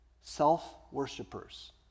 self-worshippers